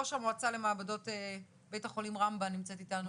ראש המועצה למעבדות בבית חולים רמב"ם נמצאת איתנו